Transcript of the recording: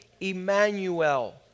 Emmanuel